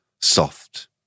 soft